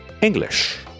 English